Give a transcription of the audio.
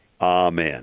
Amen